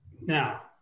Now